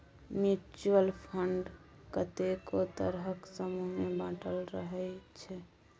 mutual fund कतेको तरहक समूह मे बाँटल रहइ छै